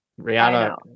Rihanna